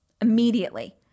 Immediately